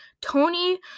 Tony